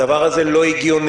הדבר הזה לא הגיוני.